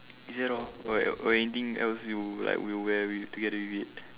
is it all got got anything else you would like you will wear with together with it